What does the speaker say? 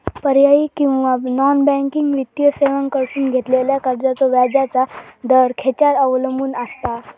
पर्यायी किंवा non banking वित्तीय सेवांकडसून घेतलेल्या कर्जाचो व्याजाचा दर खेच्यार अवलंबून आसता?